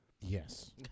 Yes